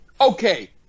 Okay